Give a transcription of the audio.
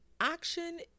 Action